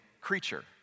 creature